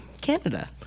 Canada